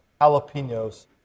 jalapenos